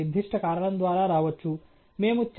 నిర్ణయాత్మక మరియు యాదృచ్ఛికతను మనము ఎలా సరిగ్గా లెక్కించగలం